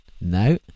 No